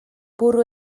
bwrw